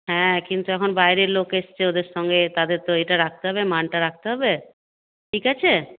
হ্যাঁ কিন্তু এখন বাইরের লোক এসেছে ওদের সঙ্গে তাদের তো এইটা রাখতে হবে মানটা রাখতে হবে ঠিক আছে